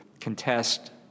contest